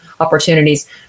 opportunities